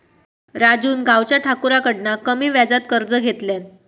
राजून गावच्या ठाकुराकडना कमी व्याजात कर्ज घेतल्यान